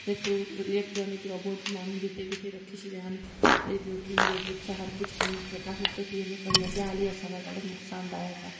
जे through electronic robot माण्हू जिते किथे रखी छॾिया आहिनि इलेक्ट्रोनिक रोबोट सां हर कुझु कमु फ़टाफ़ट थो थी वञे पर ही अॻियां हली असां लाइ ॾाढो नुक़सानुदायक आहे